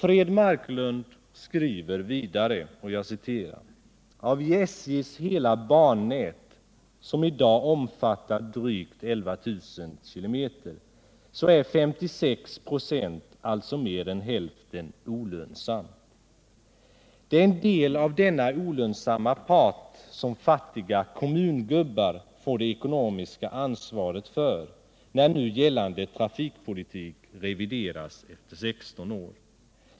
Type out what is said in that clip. Fred Marklund skriver vidare: ”Av SJ:s hela bannät som i dag omfattar drygt 11 000 kilometer, är 56 96, alltså mer än hälften, olönsamt. Det är en del av denna olönsamma part som fattiga ”kommungubbar” får det ekonomiska ansvaret för när nu gällande trafikpolitik revideras efter 16 år.